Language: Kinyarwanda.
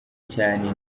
cyane